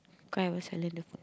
can't even silent the phone